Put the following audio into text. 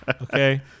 Okay